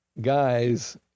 guys